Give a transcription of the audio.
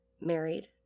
married